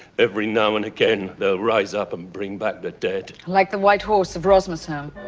every now and again they'll rise up and bring back the dead. like the white horse of rosmersholm.